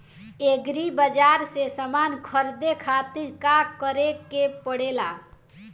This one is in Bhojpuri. एग्री बाज़ार से समान ख़रीदे खातिर का करे के पड़ेला?